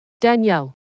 Danielle